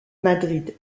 madrid